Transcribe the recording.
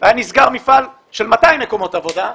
היה נסגר מפעל של 200 מקומות עבודה,